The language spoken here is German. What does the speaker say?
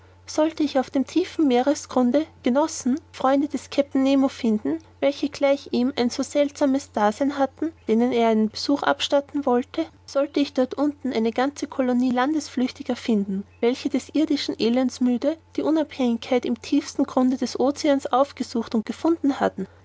sollte ich auf tiefem meeresgrunde genossen freunde des kapitäns nemo finden welche gleich ihm ein so seltsames dasein hatten denen er einen besuch abstatten wollte sollte ich dort unten eine ganze colonie landesflüchtiger finden welche des irdischen elends müde die unabhängigkeit im tiefsten grunde des oceans aufgesucht und gefunden hatten